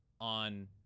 on